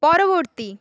পরবর্তী